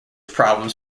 problems